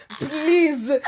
please